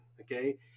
okay